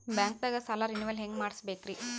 ಬ್ಯಾಂಕ್ದಾಗ ಸಾಲ ರೇನೆವಲ್ ಹೆಂಗ್ ಮಾಡ್ಸಬೇಕರಿ?